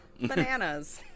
bananas